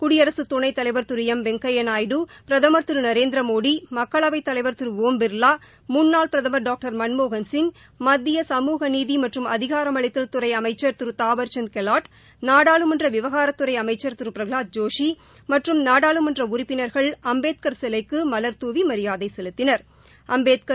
குடியரசுத் துணைத் தலைவர் திரு எம் வெங்கையா நாயுடு பிரதமர் திரு நரேந்திர மோடி மக்களவைத் தலைவர் திரு ஒம் பிர்லா முன்னாள் பிரதமர் டாக்டர் மன்மோகன் சிங் மத்திய சமூகநீதி மற்றும் அதிகாரமளித்தல் துறை அமைச்சர் திரு தாவர்சந்த் கெலாட் நாடாளுமன்ற விவகாரத்துறை அளமச்சர் திரு பிரகலாத் ஜோஷி மற்றும் நாடாளுமன்ற உறுப்பினர்கள் அம்பேத்கர் சிலைக்கு மலர் துவி மரியாதை செலுத்தினர்